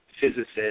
physicists